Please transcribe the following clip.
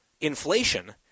inflation